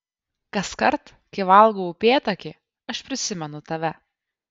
kaskart kai valgau upėtakį aš prisimenu tave